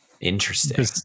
Interesting